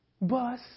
bus